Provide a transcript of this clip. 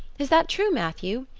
is that true, matthew?